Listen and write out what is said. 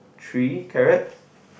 three carrots